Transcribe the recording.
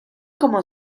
como